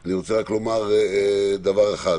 אני רוצה לומר דבר אחד.